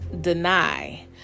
deny